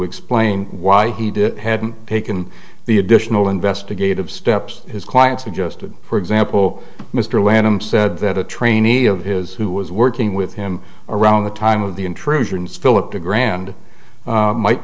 explain why he did it hadn't taken the additional investigative steps his client suggested for example mr lanham said that a trainee of his who was working with him around the time of the intrusions philip to ground might